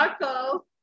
Marco